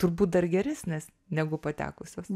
turbūt dar geresės negu patekusios